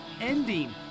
ending